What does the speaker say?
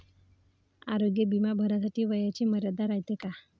आरोग्य बिमा भरासाठी वयाची मर्यादा रायते काय?